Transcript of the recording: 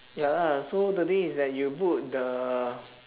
ya lah so the thing is that you book the